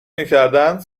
میکردند